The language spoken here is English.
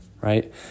right